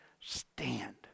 stand